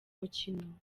mukino